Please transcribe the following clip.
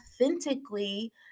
authentically